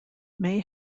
may